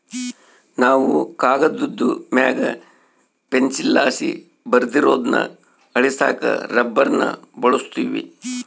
ನಾವು ಕಾಗದುದ್ ಮ್ಯಾಗ ಪೆನ್ಸಿಲ್ಲಾಸಿ ಬರ್ದಿರೋದ್ನ ಅಳಿಸಾಕ ರಬ್ಬರ್ನ ಬಳುಸ್ತೀವಿ